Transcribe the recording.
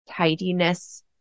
tidiness